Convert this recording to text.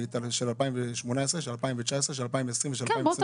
ואת של 2018, 2019, 2020 ו-2021.